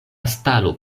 stalo